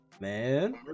Man